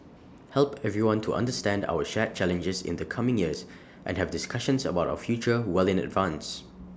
help everyone to understand our shared challenges in the coming years and have discussions about our future well in advance